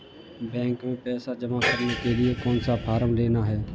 Bank में पैसा जमा करने के लिए कौन सा फॉर्म लेना है?